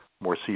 more